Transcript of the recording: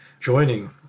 joining